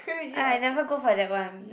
I never go for that one